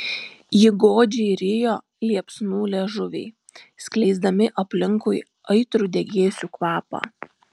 jį godžiai rijo liepsnų liežuviai skleisdami aplinkui aitrų degėsių kvapą